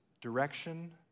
direction